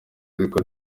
ariko